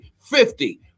Fifty